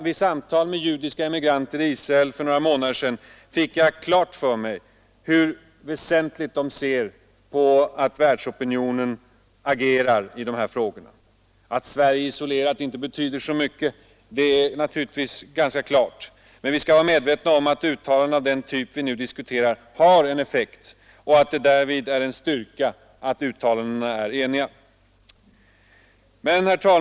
Vid samtal med judiska emigranter i Israel för några månader sedan fick jag klart för mig hur väsentligt de anser det vara att världsopinionen agerar i dessa frågor. Att Sverige isolerat inte betyder så mycket är ganska klart, men vi skall vara medvetna om att uttalanden av den typ som vi nu diskuterar har en effekt samt att det därvid är en styrka att uttalandena är enhälliga.